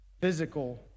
physical